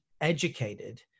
educated